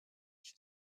she